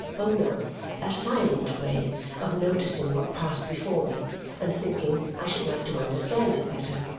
oh, no a silent way of noticing what passed before me and thinking i should like to understand it better.